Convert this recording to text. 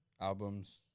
albums